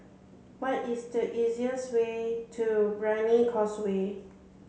what is the easiest way to Brani Causeway